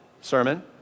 sermon